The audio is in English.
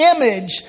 Image